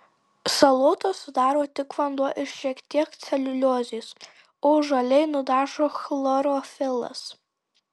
salotas sudaro tik vanduo ir šiek tiek celiuliozės o žaliai nudažo chlorofilas